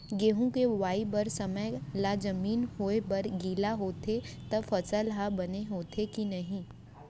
गेहूँ के बोआई बर समय ला जमीन होये बर गिला होथे त फसल ह बने होथे की नही?